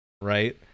right